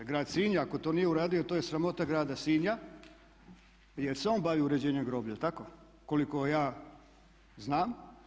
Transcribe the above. Grad Sinj ako to nije uradio to je sramota Grada Sinja jer se on bavi uređenjem groblja, jel tako koliko ja znam?